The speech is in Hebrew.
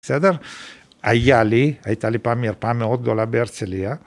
בסדר? היה לי, הייתה לי פעם מרפאה מאוד גדולה בהרצליה.